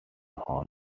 horn